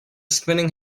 spinning